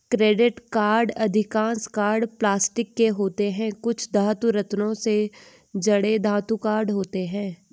credit card अधिकांश card plastic के होते हैं, कुछ धातु, रत्नों से जड़े धातु कार्ड होते हैं